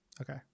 Okay